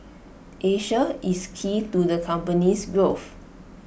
Asia is key to the company's growth